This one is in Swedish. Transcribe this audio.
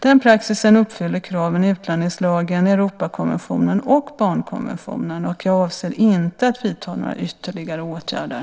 Denna praxis uppfyller kraven i utlänningslagen, Europakonventionen och barnkonventionen. Jag avser inte att vidta några ytterligare åtgärder.